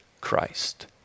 Christ